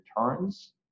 returns